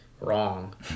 wrong